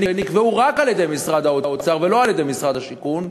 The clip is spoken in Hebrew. שנקבעו רק על-ידי משרד האוצר ולא על-ידי משרד השיכון?